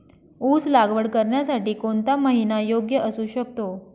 ऊस लागवड करण्यासाठी कोणता महिना योग्य असू शकतो?